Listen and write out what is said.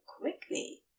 quickly